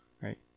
right